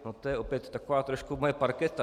To je opět taková trošku moje parketa.